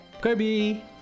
Kirby